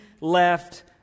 left